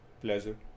pleasure